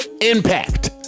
Impact